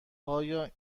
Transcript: آیا